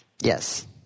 Yes